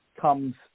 comes